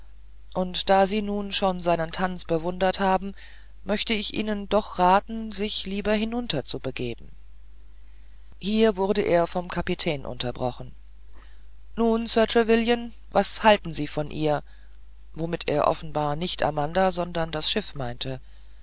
und da sie nun schon seinen tanz bewundert haben möchte ich ihnen doch raten sich lieber hinunter zu begeben hier wurde er vom kapitän unterbrochen nun sir trevelyan was halten sie von ihr womit er offenbar nicht amanda sondern das schiff meinte